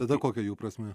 tada kokia jų prasmė